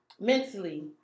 mentally